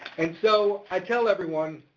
and so, i tell everyone,